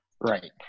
right